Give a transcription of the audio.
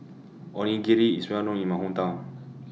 Onigiri IS Well known in My Hometown